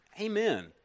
Amen